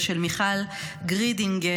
ושל מיכל גרידינגר,